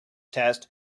test